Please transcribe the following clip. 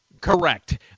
Correct